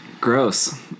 gross